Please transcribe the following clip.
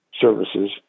services